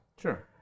Sure